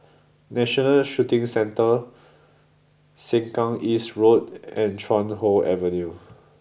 National Shooting Centre Sengkang East Road and Chuan Hoe Avenue